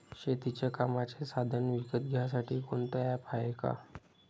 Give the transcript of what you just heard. शेतीच्या कामाचे साधनं विकत घ्यासाठी कोनतं ॲप हाये का?